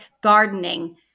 gardening